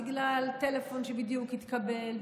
בגלל טלפון שבדיוק התקבל,